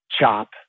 chop